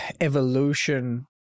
evolution